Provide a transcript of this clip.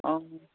অঁ